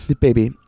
baby